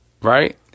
right